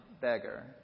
beggar